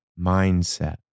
mindset